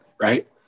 right